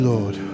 Lord